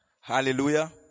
Hallelujah